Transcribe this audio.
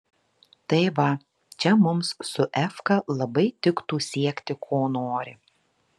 tai va čia mums su efka labai tiktų siekti ko nori